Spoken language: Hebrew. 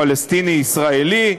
הפלסטיני ישראלי,